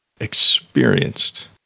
experienced